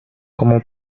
como